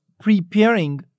preparing